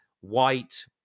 white